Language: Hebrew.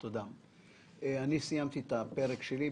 אני סיימתי את הפרק שלי.